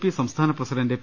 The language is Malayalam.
പി സംസ്ഥാന പ്രസിഡണ്ട് പി